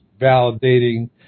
validating